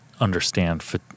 understand